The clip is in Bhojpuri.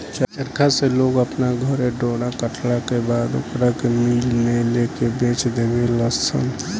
चरखा से लोग अपना घरे डोरा कटला के बाद ओकरा के मिल में लेके बेच देवे लनसन